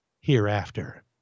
hereafter